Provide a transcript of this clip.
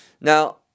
now